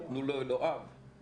אם נצליח לא לתת לכם לבצע את התוכניות